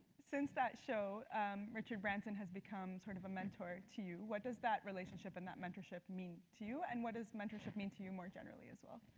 since that show richard branson has become sort of a mentor to you. what does that relationship and that mentorship mean to you and what does mentorship mean to you more generally as well.